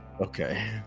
okay